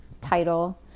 title